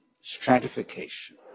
stratification